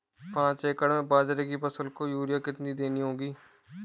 पांच एकड़ में बाजरे की फसल को यूरिया कितनी देनी होगी?